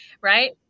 right